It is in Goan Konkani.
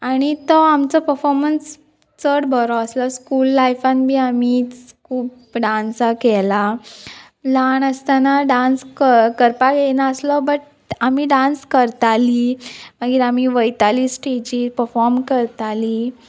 आनी तो आमचो पफोमन्स चड बरो आसलो स्कूल लायफान बी आमी खूब डांसाक येला ल्हान आसतना डांस क करपाक येनासलो बट आमी डांस करताली मागीर आमी वयताली स्टेजीर पफोम करताली